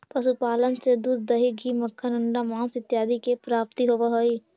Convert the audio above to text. पशुपालन से दूध, दही, घी, मक्खन, अण्डा, माँस इत्यादि के प्राप्ति होवऽ हइ